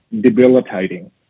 debilitating